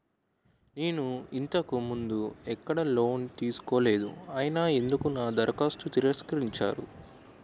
నేను ఇంతకు ముందు ఎక్కడ లోన్ తీసుకోలేదు అయినా ఎందుకు నా దరఖాస్తును తిరస్కరించారు?